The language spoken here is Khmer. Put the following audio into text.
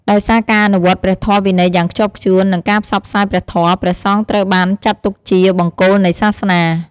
ដោយសារការអនុវត្តព្រះធម៌វិន័យយ៉ាងខ្ជាប់ខ្ជួន និងការផ្សព្វផ្សាយព្រះធម៌ ព្រះសង្ឃត្រូវបានចាត់ទុកជា បង្គោលនៃសាសនា។